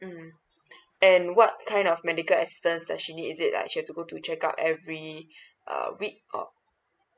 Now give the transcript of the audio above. mm and what kind of medical assistance does she need is it like she have to go do checkup every uh week or